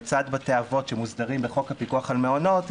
לצד בתי האבות שמוסדרים בחוק הפיקוח על מעונות,